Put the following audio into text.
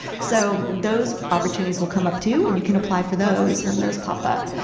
so those opportunities will come up too, and you can apply for those when those pop up.